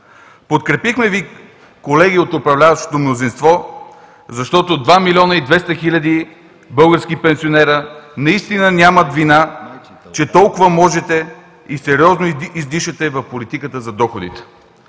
Подкрепихме Ви, колеги от управляващото мнозинство, защото 2 милиона и 200 хиляди български пенсионери наистина нямат вина, че толкова можете и сериозно издишате в политиката за доходите.